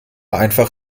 einfach